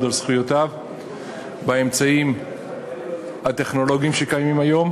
על זכויותיו באמצעים הטכנולוגיים שקיימים היום.